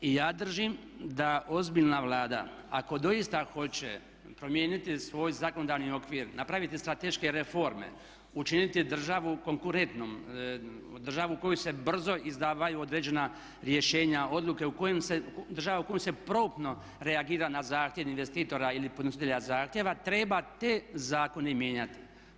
I ja držim da ozbiljna Vlada ako doista hoće promijeniti svoj zakonodavni okvir, napraviti strateške reforme, učiniti državu konkurentnom, državu u kojoj se brzo izdaju određena rješenja, odluke, država u kojoj se promptno reagira na zahtjev investitora ili podnositelja zakona treba te zakone mijenjati.